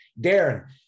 Darren